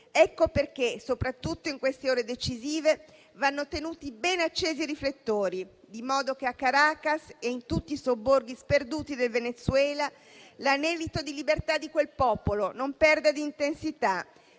Ecco perché, soprattutto in queste ore decisive, vanno tenuti bene accesi i riflettori, in modo che a Caracas e in tutti i sobborghi sperduti del Venezuela l'anelito di libertà di quel popolo non perda d'intensità,